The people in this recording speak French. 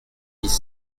dix